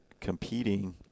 competing